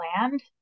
land